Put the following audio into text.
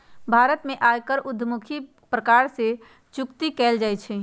भारत में आयकर उद्धमुखी प्रकार से जुकती कयल जाइ छइ